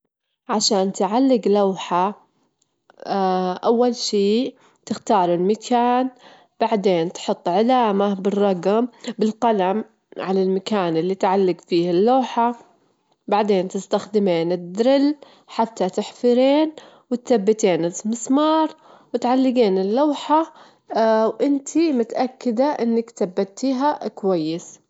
حتى تنضفين الفرن، أول شي تطفين الفرن، تخلينه يبرد، بعدين تجيبين منضف خاص للفرن، أو تخلطين خليط من البيكنج بودر والصوديوم والماي على الجدران تتركينه، بعدين تمسحينه باستخدام جطعة جماش، لا تنسين تنظفين الرفوف.